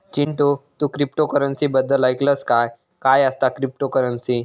चिंटू, तू क्रिप्टोकरंसी बद्दल ऐकलंस काय, काय असता क्रिप्टोकरंसी?